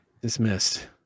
Dismissed